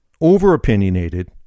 Over-opinionated